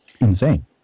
insane